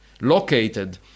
located